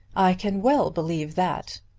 i can well believe that.